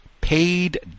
paid